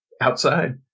outside